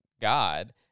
God